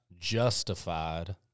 justified